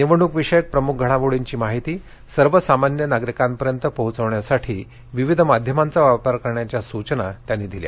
निवडणूकविषयक प्रमुख घडामोडींची माहिती सर्वसामान्य नागरिकांपर्यंत पोहोचण्यासाठी विविध माध्यमांचा वापर करण्याच्या सूचना त्यांनी दिल्या